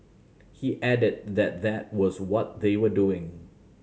he added that that was what they were doing